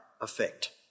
effect